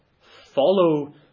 follow